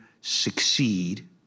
succeed